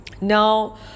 Now